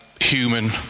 Human